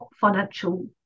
financial